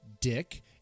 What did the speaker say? Dick